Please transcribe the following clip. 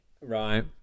Right